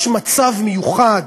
יש מצב מיוחד,